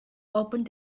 opened